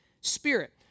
Spirit